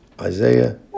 Isaiah